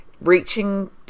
reaching